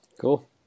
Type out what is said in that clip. Cool